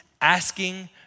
asking